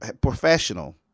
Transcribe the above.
professional